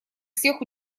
всех